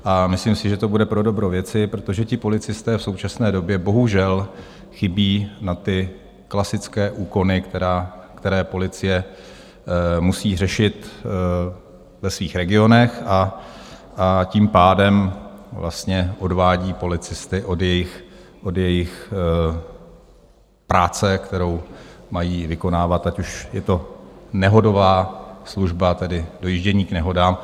A myslím si, že to bude pro dobro věci, protože policisté v současné době bohužel chybí na klasické úkony, které policie musí řešit ve svých regionech, a tím pádem vlastně odvádí policisty od jejich práce, kterou mají vykonávat, ať už je to nehodová služba, tedy dojíždění k nehodám.